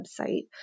website